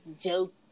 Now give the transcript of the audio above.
joke